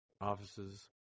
Offices